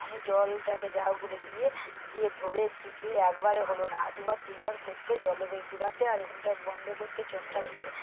আমি জলটাকে যা হোক করে দিয়ে দিয়ে ধরে চিপে একবারে হলো না আর দুবার তিনবার করতে জলে করে ডুবাতে আর আগুনটা বন্ধ করতে চটটা দিয়ে